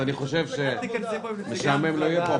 אני חושב שמשעמם לא יהיה פה,